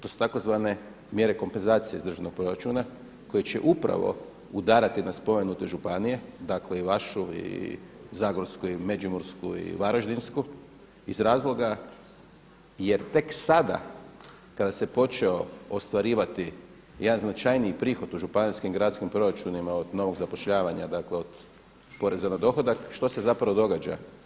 To su tzv. mjere kompenzacije iz državnog proračuna koje će upravo udarati na spomenute županije, dakle i vašu, i Zagorsku, i Međimursku, i Varaždinsku iz razloga jer tek sada kada se počeo ostvarivati jedan značajniji prihod u županijskim i gradskim proračunima od novog zapošljavanja, dakle od poreza na dohodak, što se zapravo događa?